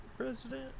president